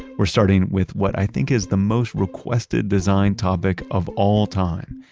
we're starting with what i think is the most requested design topic of all time.